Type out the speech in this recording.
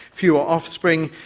fewer offspring,